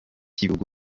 y’ibihugu